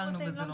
לא ריטלין,